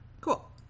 Cool